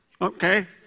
okay